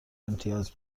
امتیاز